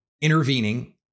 intervening